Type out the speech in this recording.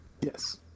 Yes